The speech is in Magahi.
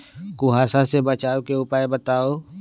कुहासा से बचाव के उपाय बताऊ?